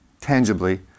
tangibly